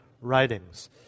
writings